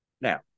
Now